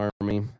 Army